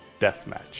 Deathmatch